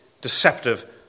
deceptive